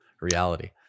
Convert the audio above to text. reality